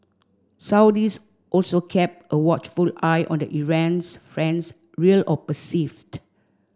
Saudis also kept a watchful eye on the Iran's friends real or perceived